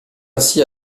ainsi